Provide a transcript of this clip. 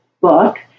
book